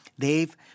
Dave